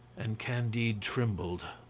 and candide trembled.